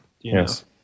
Yes